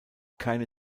keine